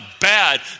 bad